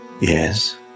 Yes